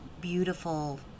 beautiful